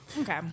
Okay